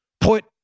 put